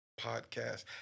Podcast